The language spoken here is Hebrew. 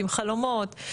עם חלומות.